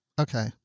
Okay